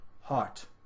heart